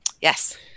Yes